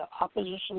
opposition